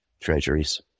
treasuries